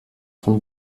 von